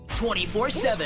24-7